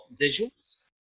visuals